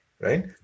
right